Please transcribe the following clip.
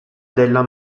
della